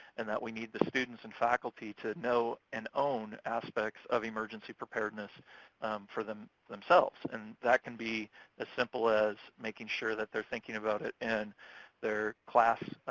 and that we need the students and faculty to know and own aspects of emergency preparedness for themselves. and that can be as simple as making sure that they're thinking about it in their class